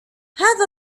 هذا